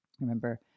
remember